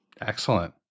Excellent